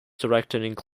directed